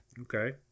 Okay